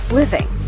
living